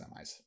semis